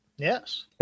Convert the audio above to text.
Yes